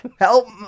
Help